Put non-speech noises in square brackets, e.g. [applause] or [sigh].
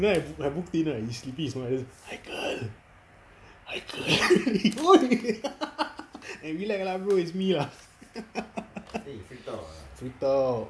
then I walk in right he sleeping his noise I just haikal haikal [laughs] he !oi! [laughs] eh relax lah bro is me lah [laughs] freak out